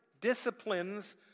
disciplines